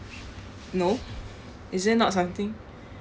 no is it not something